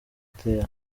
there